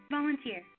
Volunteer